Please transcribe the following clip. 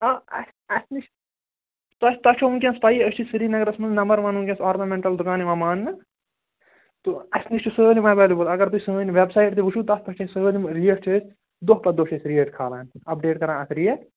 آ اَسہِ اَسہِ نِش تۅہہِ تۄہہِ چھَو وُنکیٚس پَیی أسۍ چھِ سری نگرس منٛز نمبر وَن وُنکیٚس آرنٕمینٹل دُکان یِوان ماننہٕ تہٕ اَسہِ نِش چھُ سٲلِم ایٚویلیبُل اگر تُہۍ سٲنۍ ویٚب سایِٹ تہِ وُچھو تتھ پیٚٹھ چھِ سٲلِم ریٹ چھِ أسۍ دۄہ پتہٕ دۄہ چھِ أسۍ ریٹ کھالان اَپ ڈیٹ کران اَتھ ریٹ